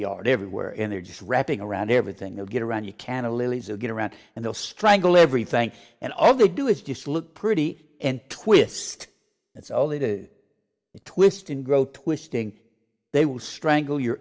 yard everywhere and they're just wrapping around everything and get around you can a luisa get around and they'll strangle everything and all they do is just look pretty and twist that's all they do twist and grow twisting they will strangle your